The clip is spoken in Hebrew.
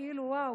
כאילו וואו,